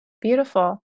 beautiful